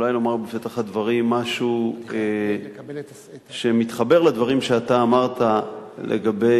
אולי לומר בפתח הדברים משהו שמתחבר לדברים שאתה אמרת לגבי